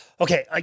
Okay